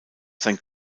sein